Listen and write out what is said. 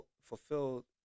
fulfilled